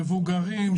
מבוגרים,